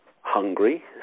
hungry